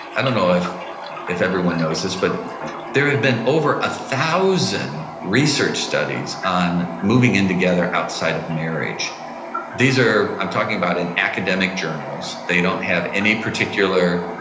i don't know if if everyone knows this, but there have been over a thousand research studies on moving in together outside of marriage these are, i'm talking about in academic journals, they don't have any particular